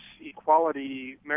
equality